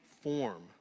form